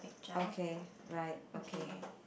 okay right okay